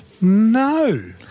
No